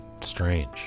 strange